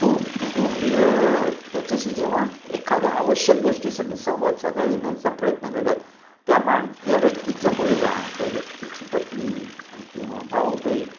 तो कुटुंबीय त्याच्याशी जेव्हा एखाद्या आवश्यक गोष्टीसाठी संवाद साधण्याचा प्रयत्न करतात त्यामाण त्या व्यक्तीचा मुलगा त्या व्यक्तीची पत्नी किंवा भाऊ बहीण